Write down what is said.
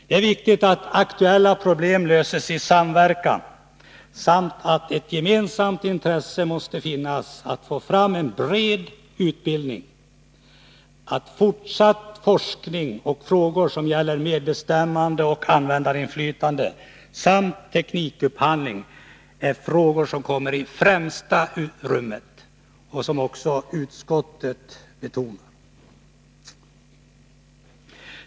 Det är viktigt att aktuella problem löses i samverkan. Ett gemensamt intresse måste finnas för att få fram en bred utbildning. Fortsatt forskning och frågor som gäller medbestämmande och användarinflytande samt teknikupphandling kommer i främsta rummet. Det betonar också utskottet.